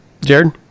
Jared